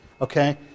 okay